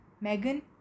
Megan